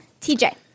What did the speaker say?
TJ